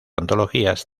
antologías